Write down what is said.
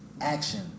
action